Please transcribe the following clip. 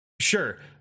Sure